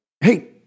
hey